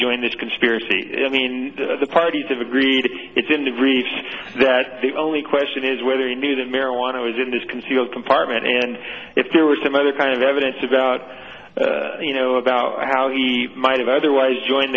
joined this conspiracy i mean the parties have agreed it's him to read that the only question is whether he knew that marijuana was in his concealed compartment and if there were some other kind of evidence about you know about how he might have otherwise joined